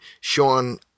Sean